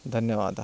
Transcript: धन्यवादः